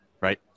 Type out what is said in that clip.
right